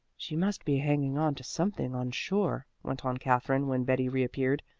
she must be hanging on to something on shore, went on katherine, when betty reappeared,